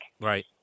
Right